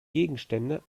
gegenstände